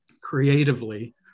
creatively